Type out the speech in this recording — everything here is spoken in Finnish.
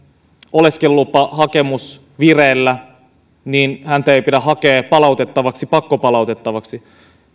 oleskelulupahakemus vireillä niin häntä ei pidä hakea palautettavaksi pakkopalautettavaksi